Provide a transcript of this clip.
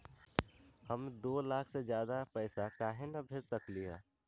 हम दो लाख से ज्यादा पैसा काहे न भेज सकली ह?